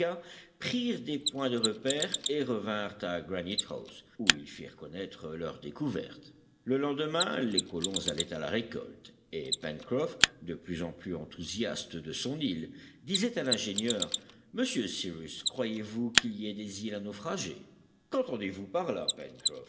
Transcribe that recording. prirent des points de repère et revinrent à granite house où ils firent connaître leur découverte le lendemain les colons allaient à la récolte et pencroff de plus en plus enthousiaste de son île disait à l'ingénieur monsieur cyrus croyez-vous qu'il y ait des îles à naufragés qu'entendez-vous par là